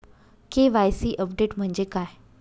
KYC update म्हणजे काय?